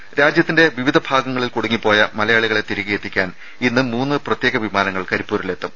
രമേ രാജ്യത്തിന്റെ വിവിധ ഭാഗങ്ങളിൽ കുടുങ്ങിയപോയ മലയാളികളെ തിരികെയെത്തിക്കാൻ ഇന്ന് മൂന്ന് പ്രത്യേക വിമാനങ്ങൾ കരിപ്പൂരിലെത്തും